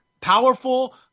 powerful